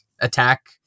attack